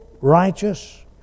righteous